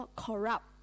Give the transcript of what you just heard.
corrupt